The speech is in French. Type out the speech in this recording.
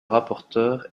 rapporteur